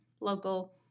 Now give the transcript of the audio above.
Local